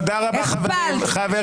תודה רבה, חברים.